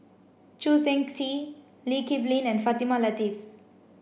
Choo Seng Quee Lee Kip Lin and Fatimah Lateef